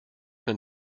man